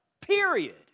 Period